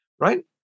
right